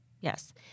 Yes